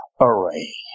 array